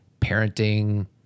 parenting